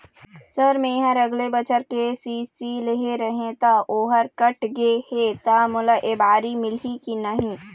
Sir मेहर अगले बछर के.सी.सी लेहे रहें ता ओहर कट गे हे ता मोला एबारी मिलही की नहीं?